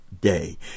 day